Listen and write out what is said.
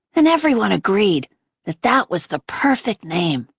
and everyone agreed that that was the perfect name.